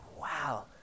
wow